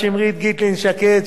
שמרית גיטלין-שקד,